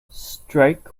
strike